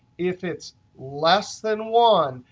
if it's less than one,